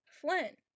Flynn